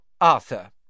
Arthur